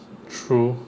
true